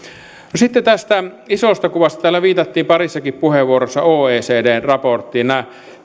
no sitten tästä isosta kuvasta täällä viitattiin parissakin puheenvuorossa oecdn raporttiin nämä